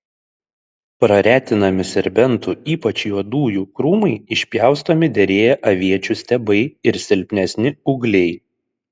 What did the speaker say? praretinami serbentų ypač juodųjų krūmai išpjaustomi derėję aviečių stiebai ir silpnesni ūgliai